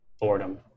boredom